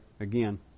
again